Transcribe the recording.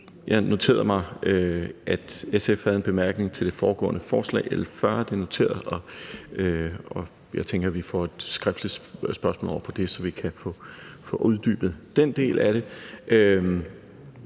Jeg noterede mig, at SF havde en bemærkning til det foregående forslag, L 40. Det er noteret, og jeg tænker, vi får et skriftligt spørgsmål over på det, så vi kan få uddybet den del af det.